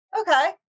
Okay